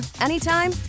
anytime